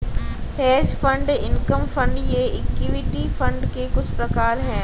hedge fund income fund ये equity fund के कुछ प्रकार हैं